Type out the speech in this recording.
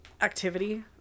activity